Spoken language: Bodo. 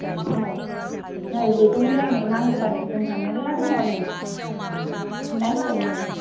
औ नै बेजों मिलायनाय नांगौबा नै जोमग्रा मेल्ला दङ नै नायसाय नै